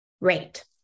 rate